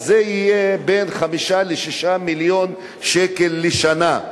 זה יהיה 5 6 מיליון שקל לשנה,